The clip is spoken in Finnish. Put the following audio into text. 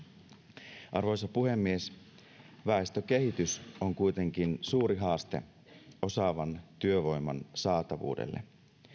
arvoisa puhemies väestökehitys on kuitenkin suuri haaste osaavan työvoiman saatavuudelle